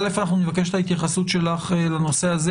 נבקש את התייחסותך לנושא הזה.